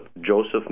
Joseph